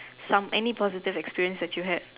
some any positive experience that you had